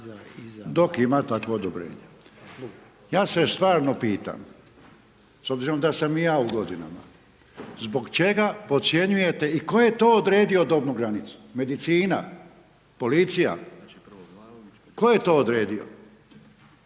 dok ima takvo odobrenje. Ja se stvarno pitam s obzirom da sam i ja u godinama, zbog čega podcjenjujete i tko je to odredio dobnu granicu? Medicina? Policija? Tko je to odredio?